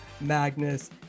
Magnus